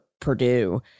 Purdue